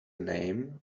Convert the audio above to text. name